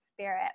spirit